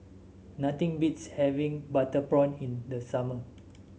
nothing beats having Butter Prawn in the summer